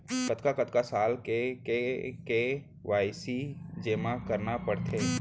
कतका कतका साल म के के.वाई.सी जेमा करना पड़थे?